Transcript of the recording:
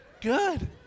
Good